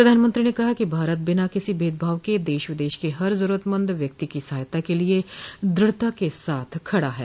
प्रधानमंत्री ने कहा कि भारत बिना किसी भेदभाव के देश विदेश के हर जरूरतमंद व्यक्ति की सहायता के लिए द्रढ़ता से खड़ा है